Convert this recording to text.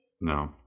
No